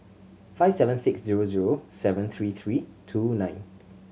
five seven six zero zero seven three three two nine